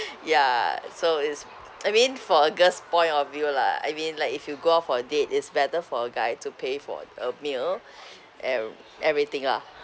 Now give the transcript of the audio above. ya so is I mean for a girl's point of view lah I mean like if you go out for a date is better for a guy to pay for uh meal and everything lah